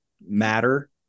Matter